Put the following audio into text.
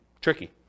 tricky